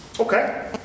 Okay